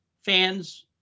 fans